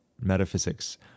metaphysics